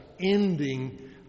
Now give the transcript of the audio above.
ending